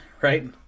right